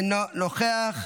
אינו נוכח,